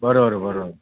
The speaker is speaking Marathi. बरोबर बरोबर